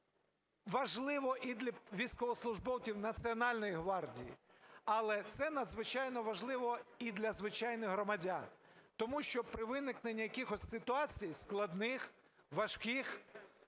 важливо і для військовослужбовців Національної гвардії, але це надзвичайно важливо і для звичайних громадян. Тому що при виникненні якихось ситуацій складних, важких ми